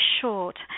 short